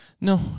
No